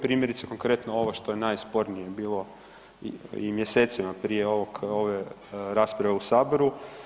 Primjerice konkretno ovo što je najspornije bilo i mjesecima prije ove rasprave u Saboru.